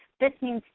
this means,